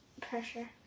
Pressure